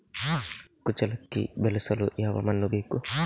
ಕುಚ್ಚಲಕ್ಕಿ ಬೆಳೆಸಲು ಯಾವ ಮಣ್ಣು ಬೇಕು?